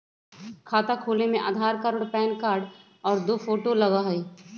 खाता खोले में आधार कार्ड और पेन कार्ड और दो फोटो लगहई?